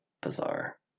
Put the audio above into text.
bizarre